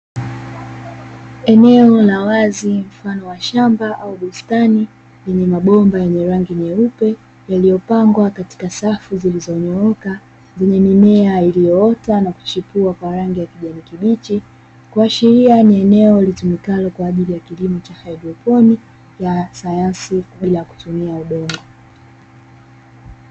Eneo la wazi mfano wa shamba au bustani yenye mabomba yenye rangi nyeupe, yaliyopangwa katika safu zilizonyooka zenye mimea iliyoota na kuchipua kwa rangi ya kijani kibichi. Kuashiria ni eneo litumikalo kwa ajili ya kilimo cha haidroponi ya sayansi bila kutumia udongo.